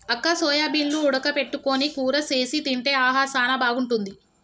అక్క సోయాబీన్లు ఉడక పెట్టుకొని కూర సేసి తింటే ఆహా సానా బాగుంటుంది